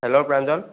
hello Pranjal